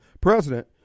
president